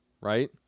right